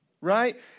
Right